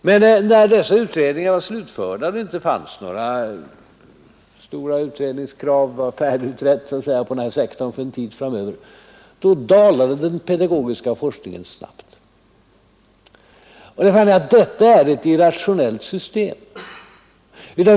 Men när dessa utredningar var slutförda och det var så att säga färdigutrett på utbildningssektorn för en tid framöver, dalade den pedagogiska forskningen snabbt. Detta är ett irrationellt system.